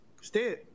Stay